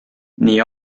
nii